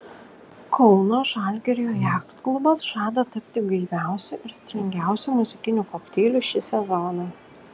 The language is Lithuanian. kauno žalgirio jachtklubas žada tapti gaiviausiu ir stilingiausiu muzikiniu kokteiliu šį sezoną